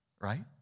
right